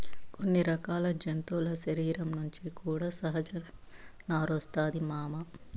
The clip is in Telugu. కొన్ని రకాల జంతువుల శరీరం నుంచి కూడా సహజ నారొస్తాది మామ